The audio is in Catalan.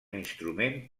instrument